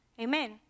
Amen